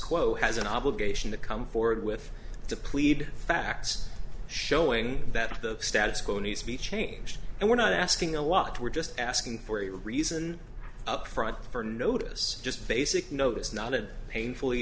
quo has an obligation to come forward with to plead facts showing that the status quo needs to be changed and we're not asking a lot we're just asking for a reason up front for notice just basic notice not a painfully